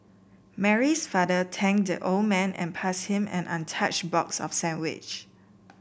Mary's father thanked the old man and passed him an untouched box of sandwiches